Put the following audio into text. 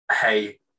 hey